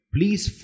Please